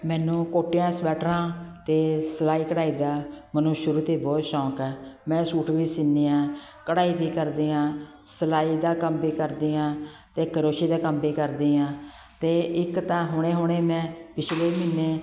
ਮੈਨੂੰ ਕੋਟੀਆਂ ਸਵੈਟਰਾਂ ਅਤੇ ਸਲਾਈ ਕਢਾਈ ਦਾ ਮੈਨੂੰ ਸ਼ੁਰੂ ਤੋਂ ਹੀ ਬਹੁਤ ਸ਼ੌਂਕ ਹੈ ਮੈਂ ਸੂਟ ਵੀ ਸੀਨੀ ਹਾਂ ਕਢਾਈ ਵੀ ਕਰਦੀ ਹਾਂ ਸਲਾਈ ਦਾ ਕੰਮ ਵੀ ਕਰਦੀ ਹਾਂ ਅਤੇ ਕਰੋਸ਼ੀਏ ਦਾ ਕੰਮ ਵੀ ਕਰਦੀ ਹਾਂ ਅਤੇ ਇੱਕ ਤਾਂ ਹੁਣੇ ਹੁਣੇ ਮੈਂ ਪਿਛਲੇ ਮਹੀਨੇ